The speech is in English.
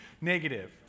negative